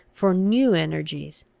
for new energies.